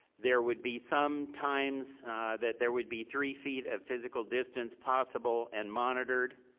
there would be some times that there would be three feet of physical distance possible and monitored,